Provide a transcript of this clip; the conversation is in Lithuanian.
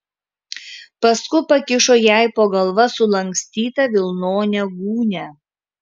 paskui pakišo jai po galva sulankstytą vilnonę gūnią